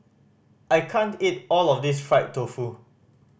I can't eat all of this fried tofu